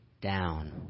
down